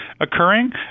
occurring